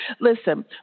Listen